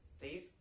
Please